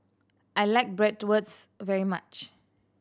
I like Bratwurst very much